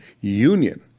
union